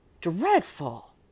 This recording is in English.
Dreadful